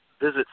visit